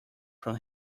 from